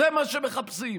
זה מה שהם מחפשים.